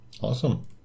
Awesome